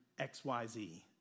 XYZ